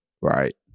Right